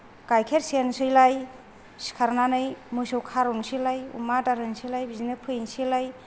गाइखेर सेरनोसैलाय सिखारनानै मोसौ खारननोसैलाय अमा आदार हैनोसैलाय बिदिनो फैनोसैलाय